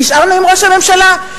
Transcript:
נשארנו עם ראש הממשלה,